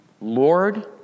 Lord